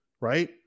right